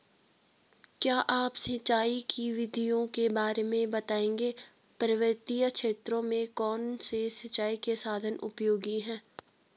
क्या आप सिंचाई की विधियों के बारे में बताएंगे पर्वतीय क्षेत्रों में कौन से सिंचाई के साधन उपयोगी हैं?